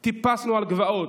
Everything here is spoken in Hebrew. טיפסנו על גבעות,